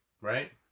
right